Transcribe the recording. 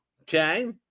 Okay